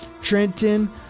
Trenton